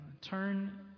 turn